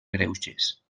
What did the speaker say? greuges